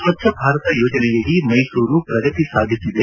ಸ್ವಚ್ಛ ಭಾರತ ಯೋಜನೆಯಡಿ ಮೈಸೂರು ಪ್ರಗತಿ ಸಾಧಿಸಿದೆ